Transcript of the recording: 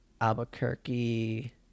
Albuquerque